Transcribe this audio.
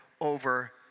over